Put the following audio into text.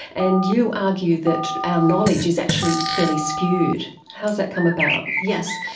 and you argue that our knowledge is actually fairly skewed. how has that come about? yes,